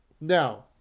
now